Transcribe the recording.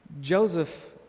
Joseph